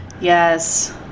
Yes